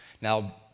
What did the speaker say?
Now